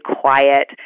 quiet